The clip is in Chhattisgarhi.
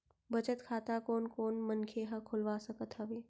बचत खाता कोन कोन मनखे ह खोलवा सकत हवे?